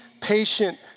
patient